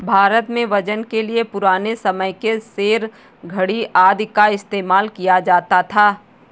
भारत में वजन के लिए पुराने समय के सेर, धडी़ आदि का इस्तेमाल किया जाता था